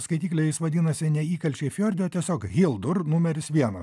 skaitykle jis vadinasi ne įkalčiai fjorde o tiesiog hildur numeris vienas